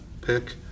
pick